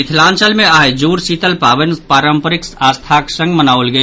मिथिलांचल मे आइ जुड़ शीतल पावनि पारंपरिक आस्थाक संग मनाओल गेल